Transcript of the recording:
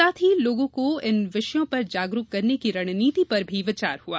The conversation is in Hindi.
साथ ही लोगों को इन विषयों पर जागरूक करने के रणनीति पर भी विचार हुआ